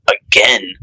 again